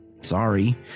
Sorry